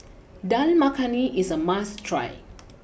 Dal Makhani is a must try